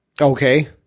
Okay